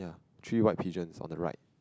three what pigeons on the right